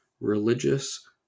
religious